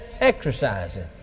exercising